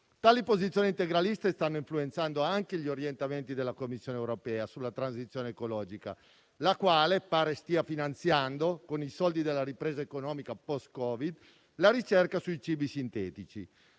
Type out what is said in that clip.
Tali posizioni integraliste stanno influenzando anche gli orientamenti della Commissione europea sulla transizione ecologica, la quale pare stia finanziando, con i soldi della ripresa economica post-Covid, la ricerca sui cibi sintetici.